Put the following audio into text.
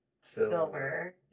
silver